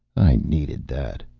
i needed that,